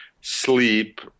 sleep